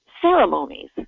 ceremonies